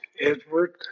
Edward